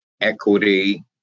equity